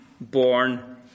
born